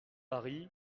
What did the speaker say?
paris